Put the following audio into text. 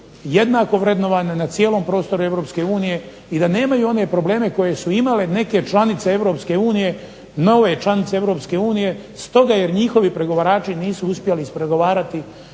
jednako vrednovane na cijelom prostoru Europske unije i da nemaju one probleme koje su imale neke članice Europske unije, nove članice Europske unije, stoga jer njihovi pregovarači nisu uspjeli ispregovarati